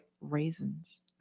raisins